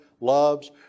loves